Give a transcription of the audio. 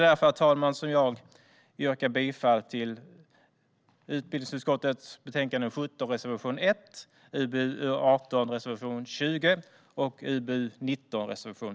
Därför, herr talman, yrkar jag bifall till reservation 1 i UbU17, reservation 20 i UbU18 och reservation 8 i UbU19.